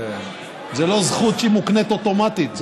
זאת לא זכות שהיא מוקנית אוטומטית.